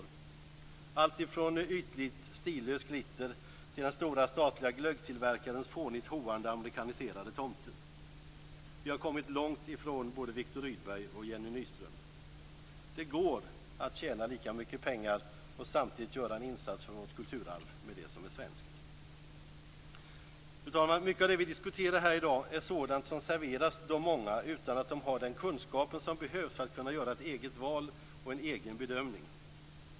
Det är alltifrån ytligt, stillöst glitter till den stora statliga glöggtillverkarens fånigt hoande amerikaniserade tomte. Vi har kommit långt ifrån både Viktor Rydberg och Jenny Nyström. Det går att tjäna lika mycket pengar och samtidigt göra en insats för vårt kulturarv med det som är svenskt. Fru talman! Mycket av det vi diskuterar här i dag är sådant som serveras de många utan att de har den kunskapen som behövs för att kunna göra ett eget val och en egen bedömning.